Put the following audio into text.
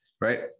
right